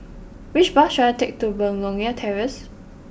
which bus should I take to Begonia Terrace